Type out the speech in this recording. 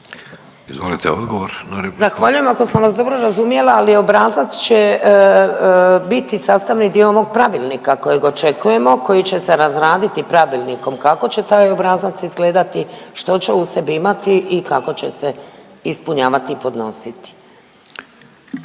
Vedrana** Zahvaljujem. Ako sam vas dobro razumjela, ali obrazac će biti sastavni dio ovog Pravilnika kojeg očekujemo, koji će se razraditi Pravilnikom, kako će taj obrazac izgledati, što će u sebi imati i kako će se ispunjavati i podnositi.